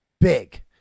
big